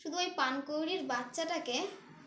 শুধু ওই পানকৌড়ির বাচ্চাটাকে